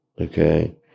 okay